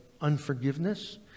unforgiveness